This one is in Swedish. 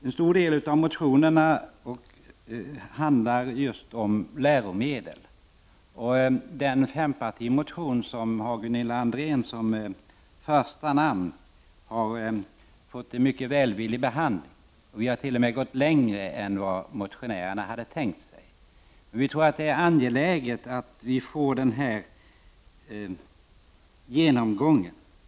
En stor del av motionerna handlar om läromedel. Den fempartimotion, som har Gunilla André som första namn, har fått en mycket välvillig behandling. Vi har t.o.m. gått längre än vad motionärerna hade tänkt sig, och vi tror att det är angeläget att vi får den här genomgången.